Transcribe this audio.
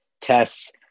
tests